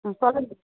ம் சொல்லுங்கள்